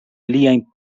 liajn